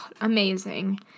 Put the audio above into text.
amazing